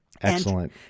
Excellent